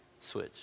Switch